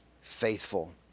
faithful